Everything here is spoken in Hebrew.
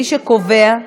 מי שקובע,